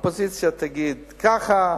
האופוזיציה תגיד ככה,